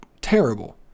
terrible